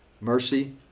Mercy